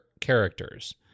characters